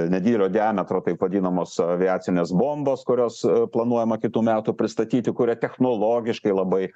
nedidelio diametro taip vadinamos aviacinės bombos kurios planuojama kitų metų pristatyti kuria yra technologiškai labai